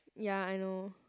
ya I know